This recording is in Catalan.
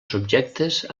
subjectes